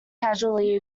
casualty